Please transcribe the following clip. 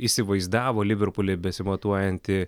įsivaizdavo liverpulį besimatuojantį